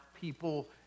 people